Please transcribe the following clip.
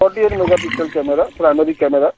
forty eight mega pixel camera primary camera